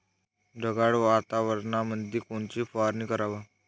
ढगाळ वातावरणामंदी कोनची फवारनी कराव?